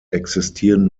existieren